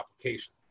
application